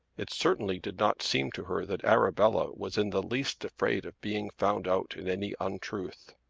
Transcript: it certainly did not seem to her that arabella was in the least afraid of being found out in any untruth.